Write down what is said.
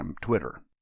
Twitter